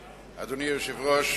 אדוני היושב-ראש,